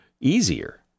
easier